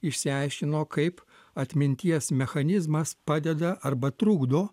išsiaiškino kaip atminties mechanizmas padeda arba trukdo